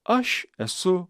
aš esu